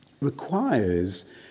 requires